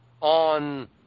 on